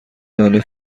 نان